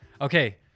Okay